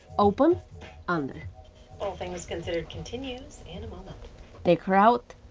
open under all things considered continues in a moment take route.